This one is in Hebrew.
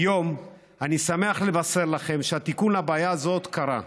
היום אני שמח לבשר לכם שהתיקון לבעיה הזאת קרה.